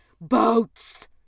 boats